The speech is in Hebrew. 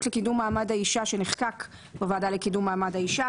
לקידום מעמד האישה שנחקק בוועדה לקידום מעמד האישה